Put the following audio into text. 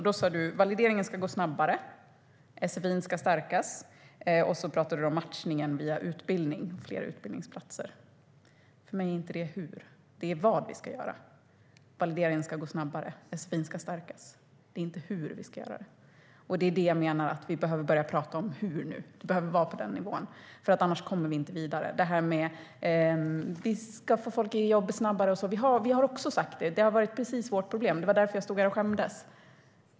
Då sa du att valideringen ska gå snabbare och att sfi ska stärkas, och så pratade du om matchningen via utbildning och fler utbildningsplatser. För mig är det inte hur. Det är vad vi ska göra. Valideringen ska gå snabbare. Sfi ska stärkas. Det är inte hur vi ska göra det. Det är det jag menar. Vi behöver börja prata om "hur" nu. Det behöver vara på den nivån, annars kommer vi inte vidare. Det här med att vi ska få folk i jobb snabbare och sådant - vi har också sagt det. Precis det har varit vårt problem. Det var därför jag stod här och skämdes.